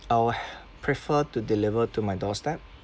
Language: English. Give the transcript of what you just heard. I'll prefer to deliver to my doorstep